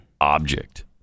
object